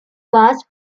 bass